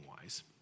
wise